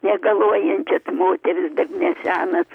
negaluojančias moteris dar nesenas